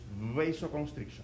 vasoconstriction